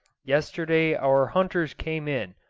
yesterday our hunters came in,